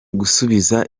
gusubiza